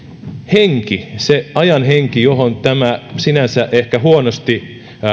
henki se ajan henki johon tämä sinänsä ehkä huonosti